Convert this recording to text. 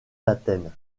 d’athènes